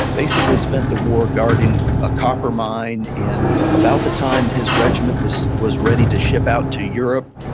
basically spent the war guarding a copper mine. and about the time his regiment was was ready to ship out to europe,